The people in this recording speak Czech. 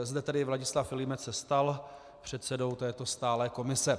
Zde tedy Vladislav Vilímec se stal předsedou této stále komise.